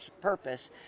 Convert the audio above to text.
purpose